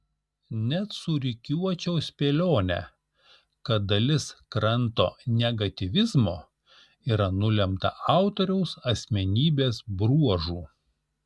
net surikiuočiau spėlionę kad dalis kranto negatyvizmo yra nulemta autoriaus asmenybės bruožų